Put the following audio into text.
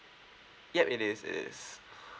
yup it is it is